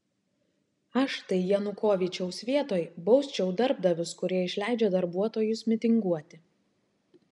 aš tai janukovyčiaus vietoj bausčiau darbdavius kurie išleidžia darbuotojus mitinguoti